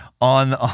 on